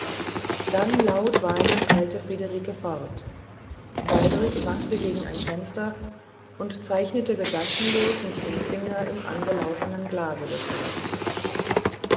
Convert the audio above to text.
dann laut weinend eilte friederike fort waldrich wankte gegen ein fenster und zeichnete gedankenlos mit dem finger im angelaufenen glase desselben